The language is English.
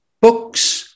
Books